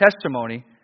testimony